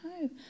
No